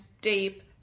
deep